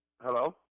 Hello